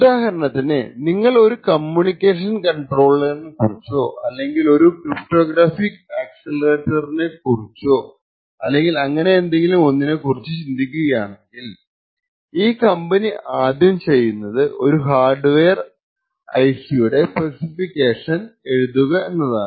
ഉദാഹരണത്തിന് നിങ്ങൾ ഒരു കമ്മ്യൂണിക്കേഷൻ കോൺട്രോളറിനെ കുറിച്ചോ അല്ലെങ്കിൽ ഒരു ക്രിപ്റ്റോഗ്രാഫിക് ആക്സിലറേറ്ററിനെ കുറിച്ച അല്ലെങ്ങിൽ അങ്ങനെ എന്തെങ്കിലും ഒന്നിനെ കുറിച്ചു ചിന്തിക്കുകയാണെങ്കിൽ ഈ കമ്പനി ആദ്യം ചെയ്യുന്നത് ആ ഹാർഡ് വെയർ IC യുടെ സ്പെസിഫിക്കേഷനിൽ എഴുതുക എന്നതാണ്